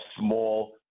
small